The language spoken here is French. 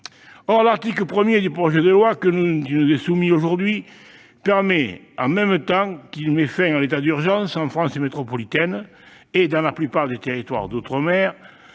Or l'article 1 du projet de loi qui nous est soumis aujourd'hui permet au Premier ministre, en même temps qu'il met fin à l'état d'urgence en France métropolitaine et dans la plupart des territoires d'outre-mer,